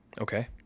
Okay